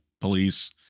police